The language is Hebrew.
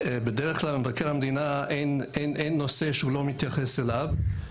בדרך-כלל מבקר המדינה אין נושא שהוא לא מתייחס אליו.